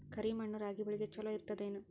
ಕರಿ ಮಣ್ಣು ರಾಗಿ ಬೇಳಿಗ ಚಲೋ ಇರ್ತದ ಏನು?